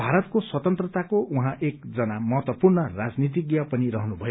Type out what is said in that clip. भारतको स्वतन्त्रताको उहाँ एकजना महत्वपूर्ण राजनीतिज्ञ पनि रहनुभयो